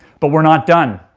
but we're not done.